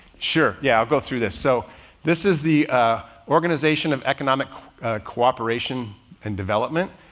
sure. yeah. i'll go through this. so this is the organization of economic cooperation and development.